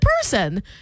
person